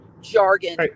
jargon